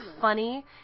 funny